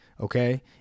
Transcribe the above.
Okay